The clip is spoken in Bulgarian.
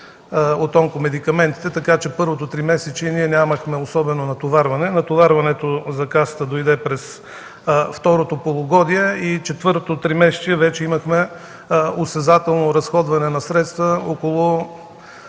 от онкомедикаментите, така че първото тримесечие нямахме особено натоварване. Натоварването за Касата дойде през второто полугодие и четвъртото тримесечие вече имахме осезателно разходване на средства – около